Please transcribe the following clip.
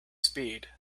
speed